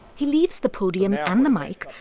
he leaves the podium and the mic,